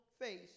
face